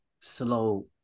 slow